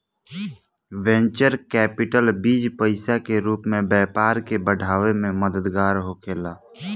venture capital बीज पईसा के रूप में व्यापार के बढ़ावे में मददगार होखेला